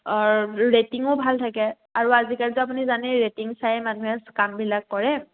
অঁ ৰেটিঙো ভাল থাকে আৰু আজিকালিতো আপুনি জানেই ৰেটিং চাইয়ে মানুহে কামবিলাক কৰে